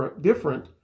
different